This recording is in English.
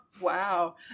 wow